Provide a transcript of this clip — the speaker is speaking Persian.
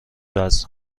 وزن